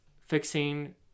fixing